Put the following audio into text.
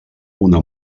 una